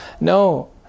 No